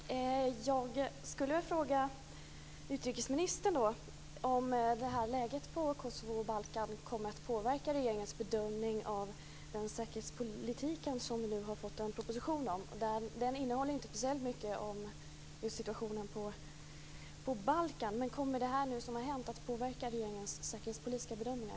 Fru talman! Jag skulle vilja fråga utrikesministern om läget i Kosovo och på Balkan kommer att påverka regeringens bedömning av säkerhetspolitiken. Vi har ju fått en proposition om säkerhetspolitiken, och den innehåller inte speciellt mycket om situationen på Balkan. Kommer det som har hänt att påverka regeringens säkerhetspolitiska bedömningar?